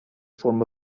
form